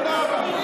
תודה רבה.